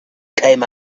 came